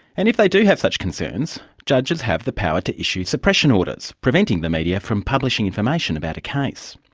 and if they do have such concerns, judges have the power to issue suppression orders, preventing the media from publishing information about a case.